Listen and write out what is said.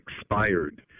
expired